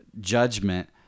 judgment